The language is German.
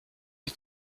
die